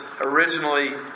originally